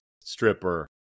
Stripper